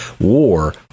War